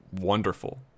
wonderful